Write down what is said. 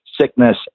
sickness